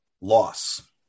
Loss